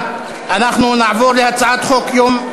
אנחנו נעבור להצעת חוק: יום,